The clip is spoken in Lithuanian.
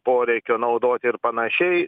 poreikio naudoti ir panašiai